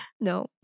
No